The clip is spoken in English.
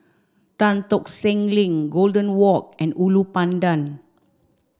Tan Tock Seng Link Golden Walk and Ulu Pandan